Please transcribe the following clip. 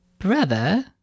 Brother